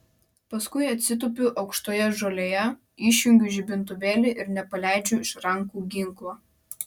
paskui atsitupiu aukštoje žolėje išjungiu žibintuvėlį ir nepaleidžiu iš rankų ginklo